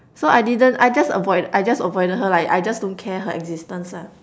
so I didn't I just avoid I just avoided her lah I just don't care her existence ah